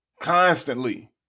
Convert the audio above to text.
constantly